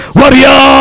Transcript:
warrior